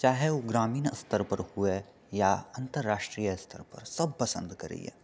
चाहे ओ ग्रामीण स्तर पर हुए या अन्तर्राष्ट्रीय स्तर पर सभ पसन्द करैए